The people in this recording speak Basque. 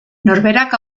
norberak